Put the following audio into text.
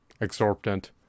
exorbitant